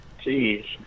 Jeez